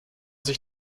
sich